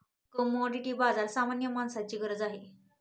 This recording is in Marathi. कमॉडिटी बाजार सामान्य माणसाची गरज आहे